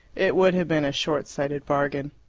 it would have been a shortsighted bargain.